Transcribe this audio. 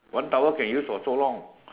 one towel can use for so long